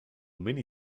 mini